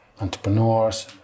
entrepreneurs